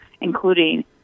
including